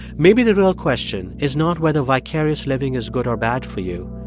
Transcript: maybe the real question is not whether vicarious living is good or bad for you.